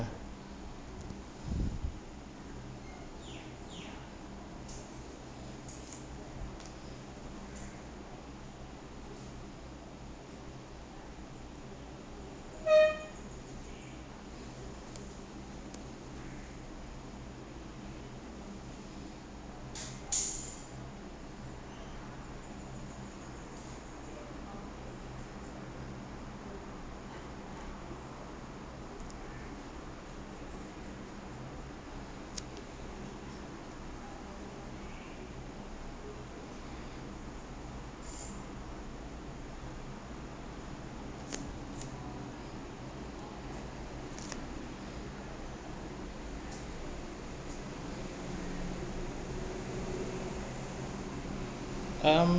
um